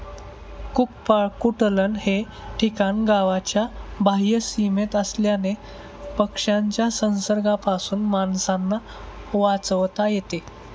कुक्पाकुटलन हे ठिकाण गावाच्या बाह्य सीमेत असल्याने पक्ष्यांच्या संसर्गापासून माणसांना वाचवता येते